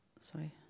sorry